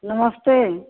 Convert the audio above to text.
नमस्ते